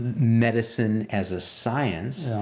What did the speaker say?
medicine as a science.